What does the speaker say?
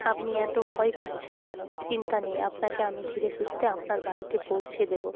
আপনি এতো ভয় পাচ্ছেন কেন চিন্তা নেই আপনাকে আমি ধীরেসুস্থে আপনার বাড়িতে পোঁছে দেবো